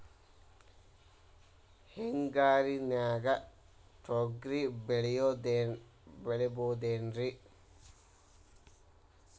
ಹಿಂಗಾರಿನ್ಯಾಗ ತೊಗ್ರಿ ಬೆಳಿಬೊದೇನ್ರೇ?